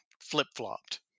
flip-flopped